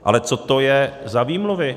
Ale co to je za výmluvy?